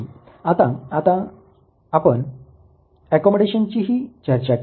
आताच आपण ऍकोमोडेशनची ही चर्चा केली